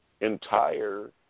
entire